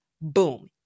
Boom